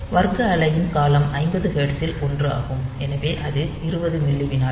வர்க்க அலையின் காலம் 50 ஹெர்ட்ஸில் 1 ஆகும் எனவே அது 20 மில்லி விநாடி